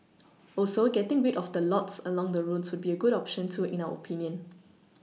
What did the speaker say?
also getting rid of the lots along the roads would be a good option too in our oPinion